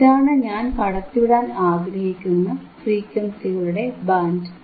ഇതാണ് ഞാൻ കടത്തിവിടാൻ ആഗ്രഹിക്കുന്ന ഫ്രീക്വൻസികളുടെ ബാൻഡ്